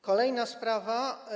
Kolejna sprawa.